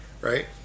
right